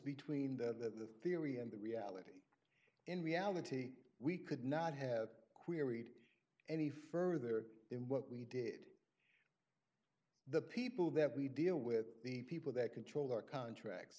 between the theory and the reality in reality we could not have queried any further than what we did the people that we deal with the people that control our contracts